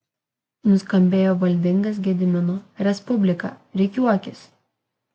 nuskambėjo valdingas gedimino respublika rikiuokis